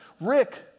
Rick